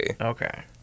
Okay